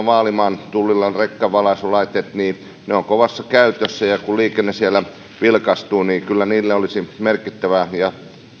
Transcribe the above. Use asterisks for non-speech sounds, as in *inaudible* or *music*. *unintelligible* vaalimaan tullilla rekkavalaisulaitteet ovat kovassa käytössä ja kun liikenne siellä vilkastuu niin kyllä niille olisi merkittävää ja